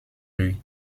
lui